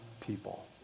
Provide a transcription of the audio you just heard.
people